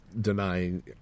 denying